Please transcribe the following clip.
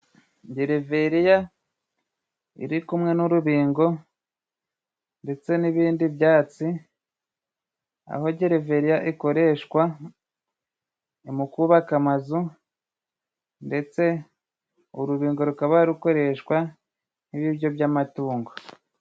Gereveriya iri kumwe n'urubingo ndetse n'ibindi byatsi, aho gereveriya ikoreshwa mu kubabaka amazu ndetse urubingo rukaba rukoreshwa nk'ibiryo by'amatungo.